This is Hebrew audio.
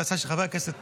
בהצעה של חבר הכנסת